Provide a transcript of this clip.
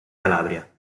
calabria